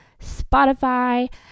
Spotify